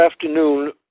afternoon